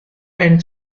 and